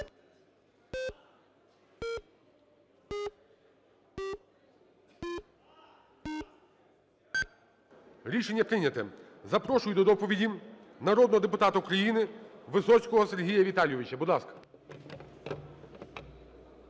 Рішення прийнято. Запрошую до доповіді народного депутата України Висоцького Сергія Віталійовича, будь ласка.